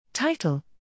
Title